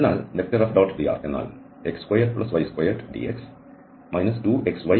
അതിനാൽ F⋅drഎന്നാൽ x2y2dx 2xydy